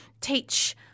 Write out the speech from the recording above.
teach